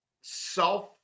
self